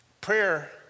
Prayer